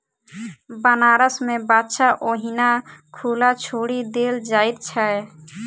बनारस मे बाछा ओहिना खुला छोड़ि देल जाइत छै